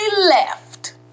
left